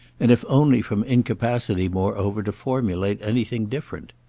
and if only from incapacity moreover to formulate anything different.